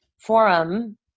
forum